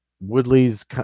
Woodley's